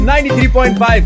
93.5